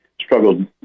struggled